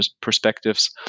perspectives